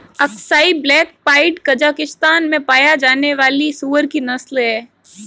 Aksai black pied Kazakhstan में पाया जाने वाली सूअर की नस्ल है